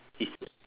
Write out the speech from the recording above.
it's